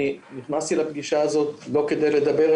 נכנסתי לפגישה הזאת לא כדי לדבר,